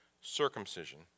circumcision